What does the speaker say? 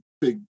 big